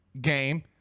game